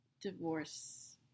divorce